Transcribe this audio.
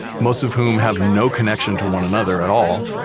most of whom have no connection to one another at all.